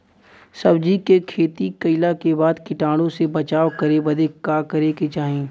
सब्जी के खेती कइला के बाद कीटाणु से बचाव करे बदे का करे के चाही?